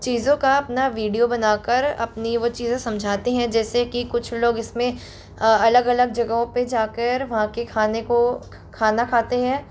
चीज़ों का अपना वीडियो बनाकर अपनी वो चीज़ें समझाते हैं जैसे कि कुछ लोग इसमें अलग अलग जगहों पे जाकर वहाँ के खाने को खाना खाते हैं